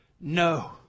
No